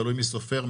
ותלוי מי סופר,